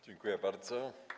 Dziękuję bardzo.